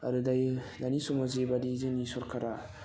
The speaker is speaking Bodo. आरो दायो दानि समाव जिबादि जोंनि सरकारा